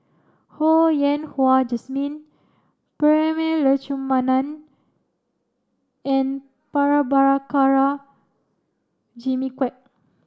Ho Yen Wah Jesmine Prema Letchumanan and Prabhakara Jimmy Quek